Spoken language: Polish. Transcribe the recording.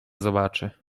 zobaczy